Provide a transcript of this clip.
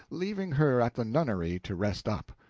leaving her at the nunnery to rest up.